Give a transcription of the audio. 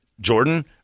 Jordan